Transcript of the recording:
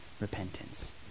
repentance